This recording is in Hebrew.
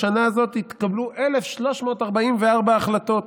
בשנה הזאת התקבלו 1,344 החלטות.